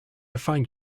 find